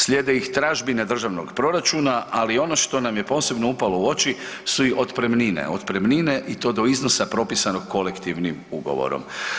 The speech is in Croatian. Slijede ih tražbine državnog proračuna, ali ono što nam je posebno upalo u oči su i otpremnine, otpremnine i to do iznosa propisanog kolektivnim ugovorom.